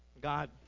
God